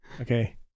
okay